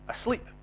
asleep